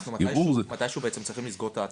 אנחנו מתישהו, בעצם, צריכים לסגור את הבקשות.